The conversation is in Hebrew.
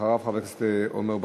ואחריו, חבר הכנסת עמר בר-לב.